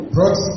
Brought